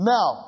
Now